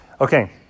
Okay